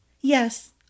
Yes